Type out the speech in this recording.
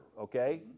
okay